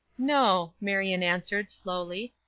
no, marion answered, slowly.